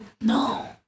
no